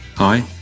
Hi